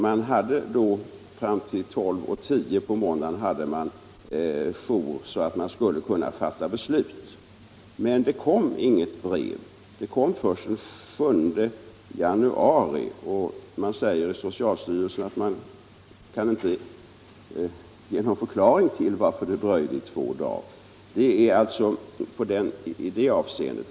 Man hade jour då — fram till kl. 12.10 på måndagen — så att man skulle kunna fatta beslut. Men det kom inget brev; detta kom först den 7 januari. I socialstyrelsen kan man inte ge någon förklaring till att det dröjde två dagar. — Detta är alltså mitt svar i det avseendet.